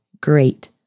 great